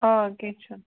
آ کیٚنٛہہ چھُنہٕ